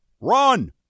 Run